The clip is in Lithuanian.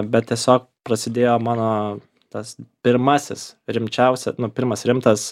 bet tiesiog prasidėjo mano tas pirmasis rimčiausias nu pirmas rimtas